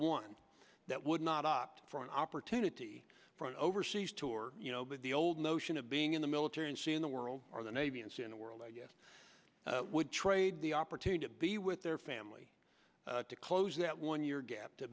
one that would not opt for an opportunity for an overseas tour the old notion of being in the military and seeing the world or the navy and seeing the world would trade the opportunity to be with their family to close that one year gap to